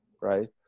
right